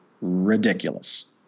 ridiculous